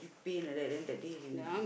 pain like that then that day he he